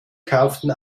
kauften